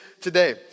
today